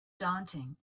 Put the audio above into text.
daunting